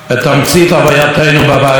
חברי הכנסת,